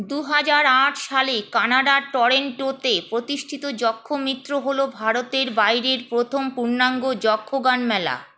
দু হাজার আট সালে কানাডার টরন্টোতে প্রতিষ্ঠিত যক্ষমিত্র হল ভারতের বাইরের প্রথম পূর্ণাঙ্গ যক্ষগান মেলা